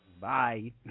Bye